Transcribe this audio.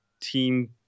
team